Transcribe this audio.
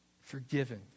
forgiven